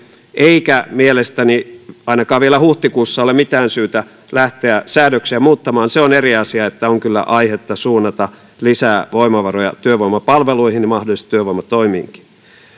eikä mielestäni ainakaan vielä huhtikuussa ole mitään syytä lähteä säädöksiä muuttamaan se on eri asia että on kyllä aihetta suunnata lisää voimavaroja työvoimapalveluihin ja mahdollisesti työvoimatoimiinkin